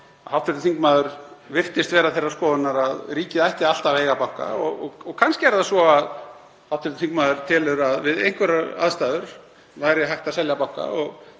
að hv. þingmaður virtist vera þeirrar skoðunar að ríkið ætti alltaf að eiga banka. Kannski er það svo að hv. þingmaður telur að við einhverjar aðstæður væri hægt að selja banka.